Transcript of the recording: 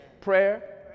Prayer